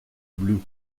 bleues